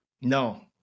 No